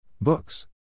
Books